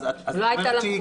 לא הייתה לה מחויבות.